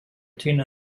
tune